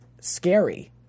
scary